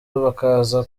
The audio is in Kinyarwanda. bakaza